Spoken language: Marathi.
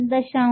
Eg2 आहे